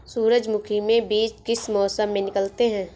सूरजमुखी में बीज किस मौसम में निकलते हैं?